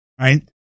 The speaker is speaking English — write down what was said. right